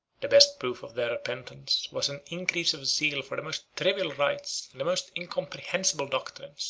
the best proof of their repentance was an increase of zeal for the most trivial rites and the most incomprehensible doctrines